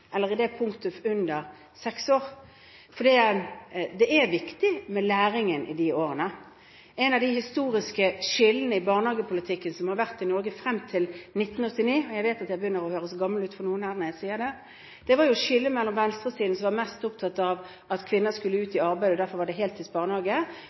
eller når man er under seks år, for det er viktig med læring i de årene. Ett av de historiske skillene i barnehagepolitikken i Norge frem til 1989 – jeg vet at jeg begynner å høres gammel ut for noen her når jeg sier det – var skillet mellom venstresiden, som var mest opptatt av at kvinner skulle